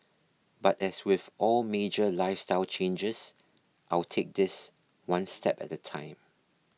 but as with all major lifestyle changes I'll take this one step at a time